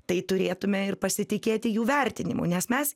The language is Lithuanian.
tai turėtume ir pasitikėti jų vertinimu nes mes